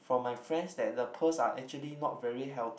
from my friends that the pearls are actually not very healthy